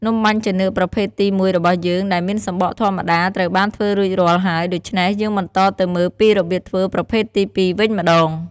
នំបាញ់ចានឿកប្រភេទទីមួយរបស់យើងដែលមានសំបកធម្មតាត្រូវបានធ្វើរួចរាល់ហើយ ដូច្នេះ យើងបន្តទៅមើលពីរបៀបធ្វើប្រភេទទីពីរវិញម្ដង។